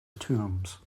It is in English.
tombs